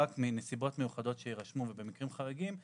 רק מנסיבות מיוחדות שיירשמו ובמקרים חריגים,